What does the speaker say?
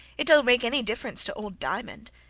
it don't make any difference to old diamond.